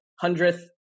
hundredth